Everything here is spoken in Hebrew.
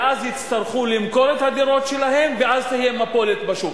ואז יצטרכו למכור את הדירות שלהם ואז תהיה מפולת בשוק.